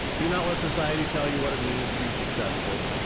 do not let society tell you what it means to be successful,